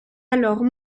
alors